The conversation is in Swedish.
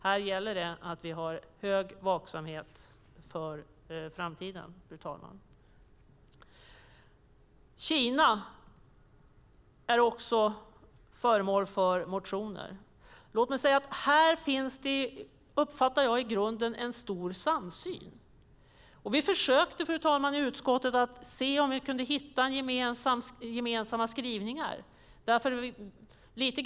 Det gäller att vi har stor vaksamhet i framtiden. Kina är också föremål för motioner. Här uppfattar jag att det i grunden finns en stor samsyn. Vi försökte hitta gemensamma skrivningar i utskottet.